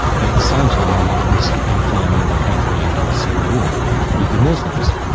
but at the same time i might risk inflaming the country into a civil war with the muslims.